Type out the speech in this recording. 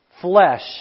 flesh